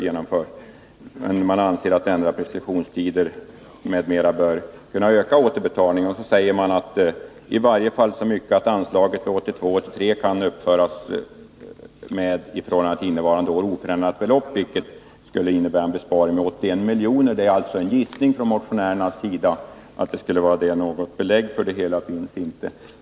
Vi anser emellertid att ändrade preskriptionsoch införselregler redan nästa budgetår bör kunna öka återbetalningen av bidragsförskott i varje fall så mycket att anslaget i budgeten för 1982/83 kan uppföras med i förhållande till innevarande budgetår oförändrat belopp, vilket i jämförelse med budgetpropositionen innebär en besparing med 81 milj.kr.” Det är alltså en gissning från motionärernas sida. Något belägg för det hela finns inte.